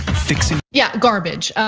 fixing, yeah, garbage.